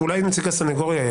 אולי נציג הסניגוריה יגיד.